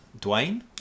Dwayne